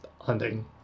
hunting